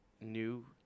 new